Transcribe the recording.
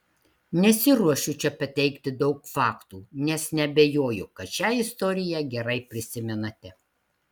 nesiruošiu čia pateikti daug faktų nes neabejoju kad šią istoriją gerai prisimenate